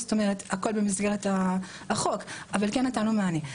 זאת אומרת שהכול במסגרת החוק, אבל נתנו מענה.